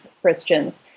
Christians